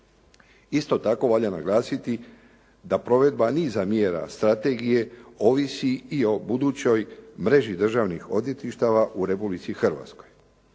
Isto tako valja naglasiti da provedba niza mjera strategije ovisi i o budućoj mreži državnih odvjetništava u Republici Hrvatskoj.